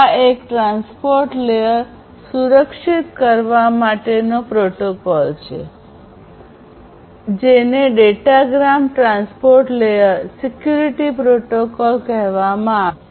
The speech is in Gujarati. આ એક ટ્રાન્સપોર્ટ લેયર સુરક્ષિત કરવા માટેનો પ્રોટોકોલ છે જેને datagram transport layer security protocol કહેવામાં આવે છે